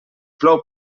plou